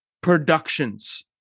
productions